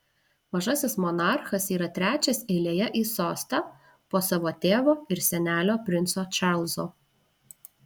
mažasis monarchas yra trečias eilėje į sostą po savo tėvo ir senelio princo čarlzo